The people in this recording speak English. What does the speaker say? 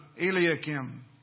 Eliakim